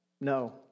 No